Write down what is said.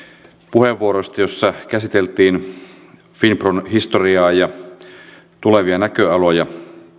puheenvuoroista joissa käsiteltiin finpron historiaa ja tulevia näköaloja